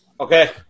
Okay